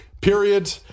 period